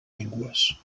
llengües